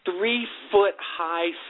three-foot-high